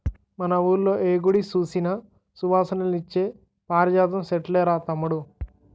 మన వూళ్ళో ఏ గుడి సూసినా సువాసనలిచ్చే పారిజాతం సెట్లేరా తమ్ముడూ